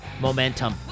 momentum